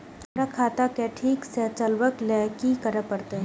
हमरा खाता क ठीक स चलबाक लेल की करे परतै